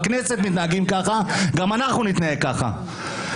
בכנסת מתנהגים ככה גם אנחנו נתנהג ככה.